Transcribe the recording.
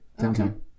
downtown